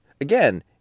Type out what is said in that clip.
again